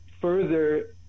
further